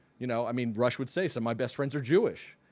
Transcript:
you know i mean rush would say so my best friends are jewish.